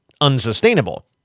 unsustainable